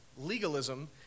legalism